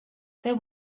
there